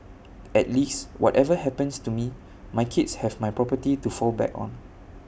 at least whatever happens to me my kids have my property to fall back on